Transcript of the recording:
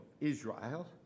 Israel